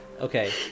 Okay